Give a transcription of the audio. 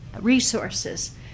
resources